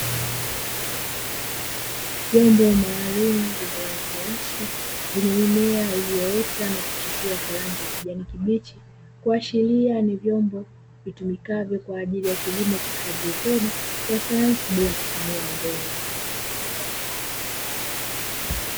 Vyombo maalumu vyenye rangi nyeusi, vyenye mimea iliyoota na kuchipua kwa rangi ya kijani kibichi, kuashiria ni vyombo vitumikavyo kwa ajili ya kilimo cha haidroponi ya sayansi bila kutumia udongo.